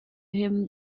him